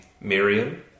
Miriam